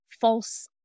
false